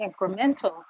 incremental